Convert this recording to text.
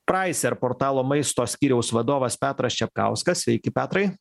praiser portalo maisto skyriaus vadovas petras čepkauskas sveiki petrai